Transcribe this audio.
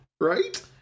Right